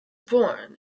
born